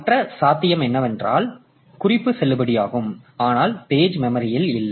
மற்ற சாத்தியம் என்னவென்றால் குறிப்பு செல்லுபடியாகும் ஆனால் பேஜ் மெமரியில் இல்லை